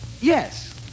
yes